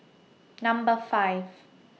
Number five